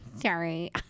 sorry